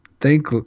thank